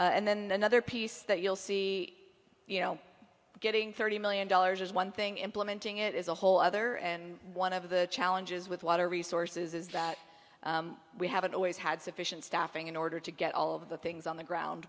and then another piece that you'll see you know getting thirty million dollars is one thing implementing it is a whole other and one of the challenges with water resources is that we haven't always had sufficient staffing in order to get all of the things on the ground